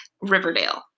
Riverdale